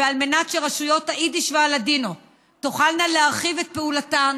ועל מנת שרשויות היידיש והלדינו תוכלנה להרחיב את פעולתן,